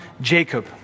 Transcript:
Jacob